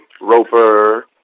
roper